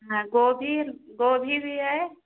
हाँ गोभी गोभी भी है